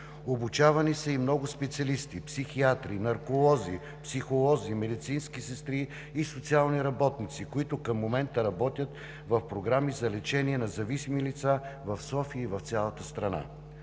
Обучавани са и много специалисти – психиатри, нарколози, психолози, медицински сестри и социални работници, които към момента работят в програми за лечение на зависими лица в София и в цялата страна.